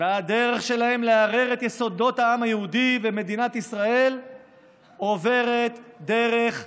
והדרך שלהם לערער את יסודות העם היהודי ומדינת ישראל עוברת דרך ירושלים.